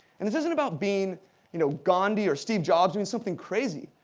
and this isn't about being you know gandhi or steve jobs, doing something crazy.